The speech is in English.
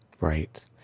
Right